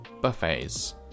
buffets